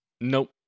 Nope